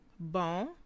Bon